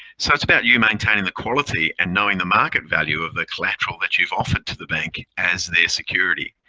so it's about you maintaining the quality and knowing the market value of the collateral that you've offered to the bank as their security.